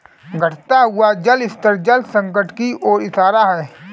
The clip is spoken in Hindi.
घटता हुआ जल स्तर जल संकट की ओर इशारा है